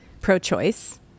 pro-choice